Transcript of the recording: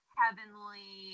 heavenly